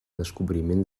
descobriment